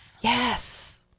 Yes